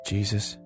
Jesus